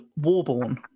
Warborn